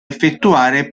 effettuare